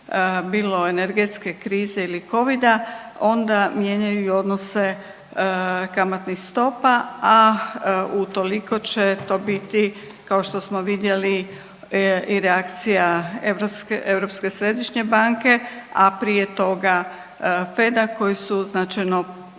bilo energetske krize ili Covida onda mijenjaju i odnose kamatnih stopa, a utoliko će to biti kao što smo vidjeli i reakcija Europske središnje banke, a prije toga FED-a koji su značajno,